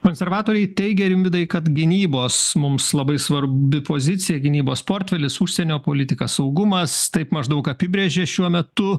konservatoriai teigia rimvydai kad gynybos mums labai svarbi pozicija gynybos portfelis užsienio politika saugumas taip maždaug apibrėžė šiuo metu